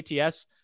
ATS